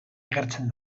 agertzen